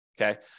okay